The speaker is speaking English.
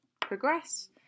progress